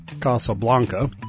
Casablanca